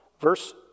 verse